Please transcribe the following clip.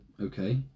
Okay